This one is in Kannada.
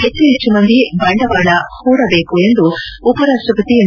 ಹೆಚ್ಚು ಹೆಚ್ಚು ಮಂದಿ ಬಂಡವಾಳ ಮಾಡಬೇಕು ಎಂದು ಉಪ ರಾಷ್ಟಪತಿ ಎಂ